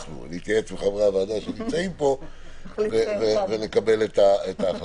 אנחנו נתייעץ עם חברי הוועדה שנמצאים פה ונקבל את ההחלטה.